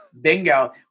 Bingo